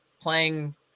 playing